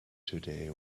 today